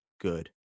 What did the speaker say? good